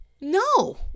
no